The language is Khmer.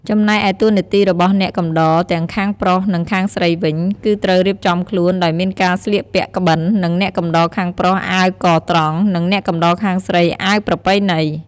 ចំណែកឯតួនាទីរបស់អ្នកកំដរទាំងខាងប្រុស និងខាងស្រីវិញ គឺត្រូវរៀបចំខ្លួន ដោយមានការស្លៀកពាក់ក្បិន និងអ្នកកំដរខាងប្រុសអាវកត្រង់ និងអ្នកកំដរខាងស្រីអាវប្រពៃណី។